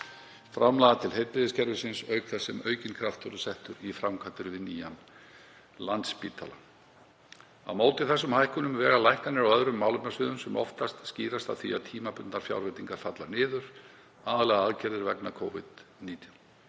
framlaga til heilbrigðiskerfisins, auk þess sem aukinn kraftur er settur í framkvæmdir við nýjan Landspítala. Á móti þessum hækkunum vega lækkanir á öðrum málefnasviðum sem oftast skýrast af því að tímabundnar fjárveitingar falla niður, aðallega aðgerðir vegna Covid-19.